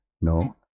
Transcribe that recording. no